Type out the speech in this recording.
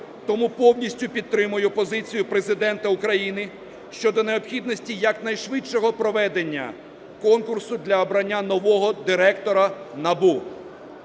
Тому повністю підтримую позицію Президента України щодо необхідності якнайшвидшого проведення конкурсу для обрання нового Директора НАБУ.